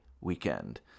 weekend